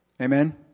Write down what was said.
Amen